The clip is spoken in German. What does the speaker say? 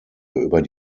über